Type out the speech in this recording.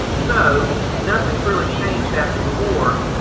so nothing's really changed after the war.